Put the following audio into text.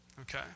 Okay